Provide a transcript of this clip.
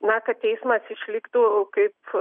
na kad teismas išliktų kaip